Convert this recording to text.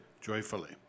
joyfully